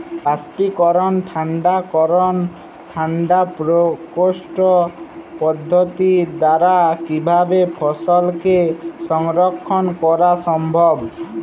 বাষ্পীকরন ঠান্ডা করণ ঠান্ডা প্রকোষ্ঠ পদ্ধতির দ্বারা কিভাবে ফসলকে সংরক্ষণ করা সম্ভব?